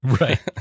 Right